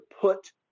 put